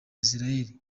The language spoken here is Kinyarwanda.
isiraheli